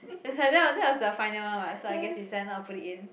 that's why that that was the final one [what] so I guess they decided not to put it in